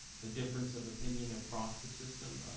the difference of opinion across the system.